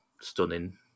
stunning